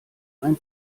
ein